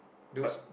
but